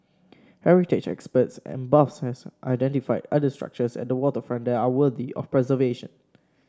heritage experts and buffs have identified other structures at the waterfront that are worthy of preservation